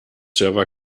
server